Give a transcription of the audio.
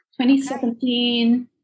2017